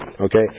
Okay